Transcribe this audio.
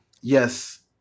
Yes